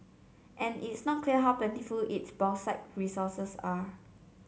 and it's not clear how plentiful its bauxite resources are